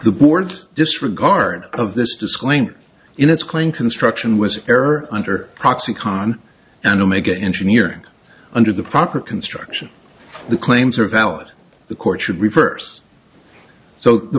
the board's disregard of this disclaimer in its claim construction was error under proxy con and omega engineering under the proper construction the claims are valid the court should reverse so the